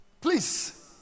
Please